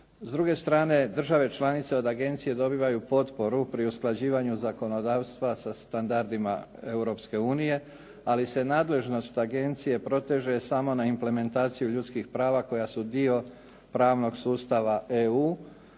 S druge strane, države članice od agencije dobivaju potporu pri usklađivanju zakonodavstva sa standardima Europske unije, ali se nadležnost agencije proteže samo na implementaciji ljudskih prava koja su dio pravnog sustava EU,